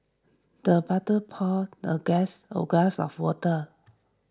the butler poured the guest a glass of water